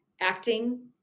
acting